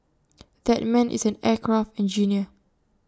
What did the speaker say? that man is an aircraft engineer